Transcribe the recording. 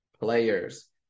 players